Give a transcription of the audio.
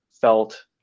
felt